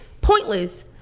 pointless